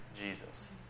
Jesus